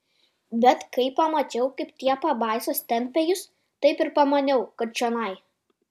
bet kai pamačiau kaip tie pabaisos tempia jus taip ir pamaniau kad čionai